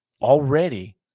already